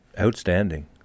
outstanding